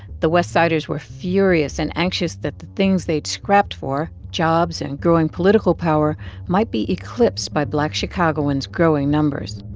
the west siders were furious and anxious that the things they'd scrapped for jobs and growing political power might be eclipsed by black chicagoans' growing numbers.